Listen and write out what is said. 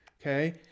Okay